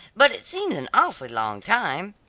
but it seems an awfully long time.